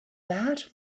that